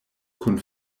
kun